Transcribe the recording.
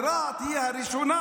ורהט היא הראשונה,